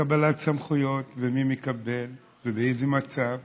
וקבלת סמכויות, מי מקבל ובאיזה מצב.